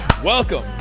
Welcome